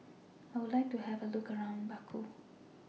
I Would like to Have A Look around Baku